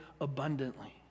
abundantly